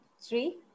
three